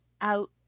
out